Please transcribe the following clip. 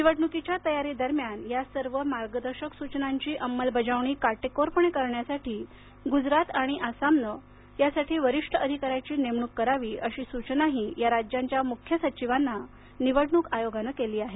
निवडणूकीच्या तयारीदाराम्यान या सर्व मार्गदर्शक सूचनाची अंमलबजावणी काटेकोरपणे करण्यासाठी गुजरात आणि आसामनं यासाठी वरिष्ठ अधिकाऱ्याची नेमणूक करावी अशी सूचनाही या राज्यांच्या मुख्य सचिवांना आयोगानं दिली आहे